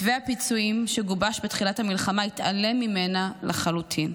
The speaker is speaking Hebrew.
מתווה הפיצויים שגובש בתחילת המלחמה התעלם ממנה לחלוטין.